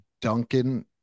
Duncan